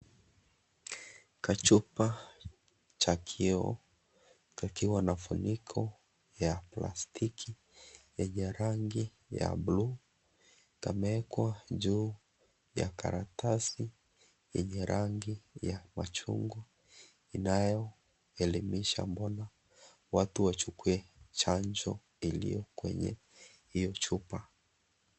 Kachupa cha kioo kakiwa na faniko ya plastiki yenye rangi ya bluu kameekwa juu ya karatasi yenye rangi ya machungwa inayoelimisha mbona watu wachukue chanjo iliyo kwenye hiyo chupa.